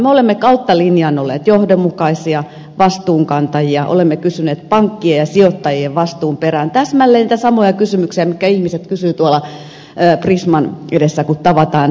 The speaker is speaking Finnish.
me olemme kautta linjan olleet johdonmukaisia vastuunkantajia olemme kysyneet pankkien ja sijoittajien vastuun perään täsmälleen niitä samoja kysymyksiä mitä ihmiset kysyvät tuolla prisman edessä kun tavataan